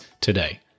today